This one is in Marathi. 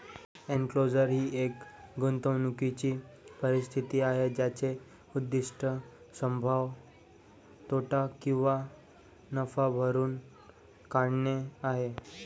एन्क्लोजर ही एक गुंतवणूकीची परिस्थिती आहे ज्याचे उद्दीष्ट संभाव्य तोटा किंवा नफा भरून काढणे आहे